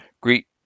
Greet